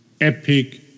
epic